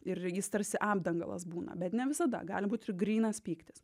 ir jis tarsi apdangalas būna bet ne visada gali būti ir grynas pyktis